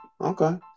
Okay